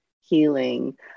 healing